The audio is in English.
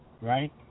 right